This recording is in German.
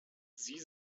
sie